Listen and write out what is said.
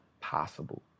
possible